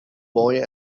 boy